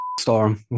storm